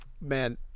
Man